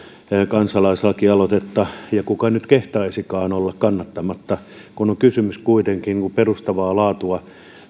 kansalaislakialoitetta ja kuka nyt kehtaisikaan olla kannattamatta kun on kysymys kuitenkin perustavaa laatua